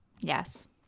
Yes